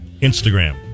Instagram